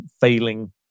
failing